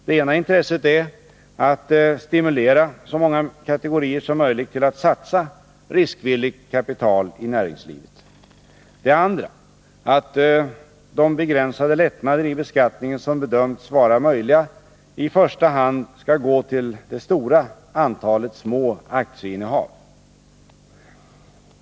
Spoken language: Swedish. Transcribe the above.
Det ena intresset är att stimulera så många kategorier som möjligt att satsa riskvilligt kapital i näringslivet. Det andra är att de begränsade lättnader i beskattningen som bedömts vara möjliga i första hand skall gå till det stora antalet små aktieinnehav.